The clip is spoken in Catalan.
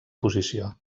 posició